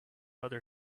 other